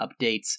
updates